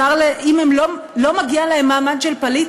אם לא מגיע להם מעמד של פליט,